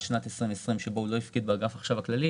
חוץ משנת 2020 שבה הוא לא הפקיד באגף החשב הכללי,